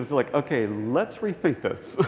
like, okay, let's rethink this.